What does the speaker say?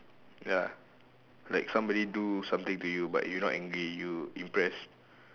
ya like somebody do something to you but you not angry you impressed